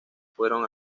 fueron